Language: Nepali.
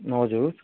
हजुर